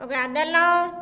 ओकरा देलहुॅं